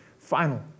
final